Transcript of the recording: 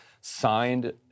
signed